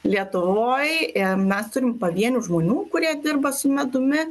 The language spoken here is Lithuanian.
lietuvoj im mes turim pavienių žmonių kurie dirba su medumi